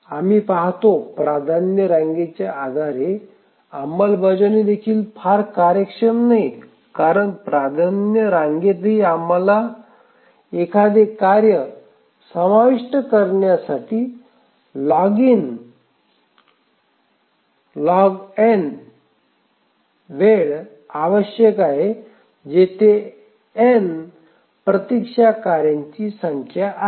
आम्ही पाहतो प्राधान्य रांगेच्या आधारे अंमलबजावणी देखील फार कार्यक्षम नाही कारण प्राधान्य रांगेतही आम्हाला प्राधान्य रांगेत एखादे कार्य समाविष्ट करण्यासाठी log वेळ आवश्यक आहे जेथे n प्रतीक्षा कार्यांची संख्या आहे